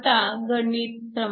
आता गणित क्र